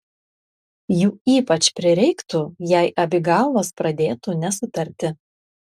jų ypač prireiktų jei abi galvos pradėtų nesutarti